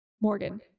Morgan